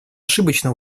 ошибочно